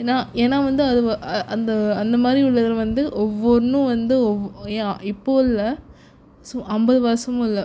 ஏன்னா ஏன்னா வந்து அது அந்த அந்த மாதிரி உள்ளது வந்து ஒவ்வொன்றும் வந்து யான் இப்போது இல்லை ஸோ ஐம்பது வருடமும் இல்லை